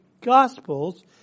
Gospels